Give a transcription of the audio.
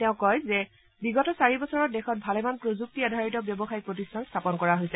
তেওঁ কয় যে বিগত চাৰি বছৰত দেশত ভালেমান প্ৰযুক্তি আধাৰিত ব্যৱসায়িক প্ৰতিষ্ঠান স্থাপন কৰা হৈছে